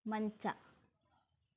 ಮಂಚ